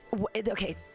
Okay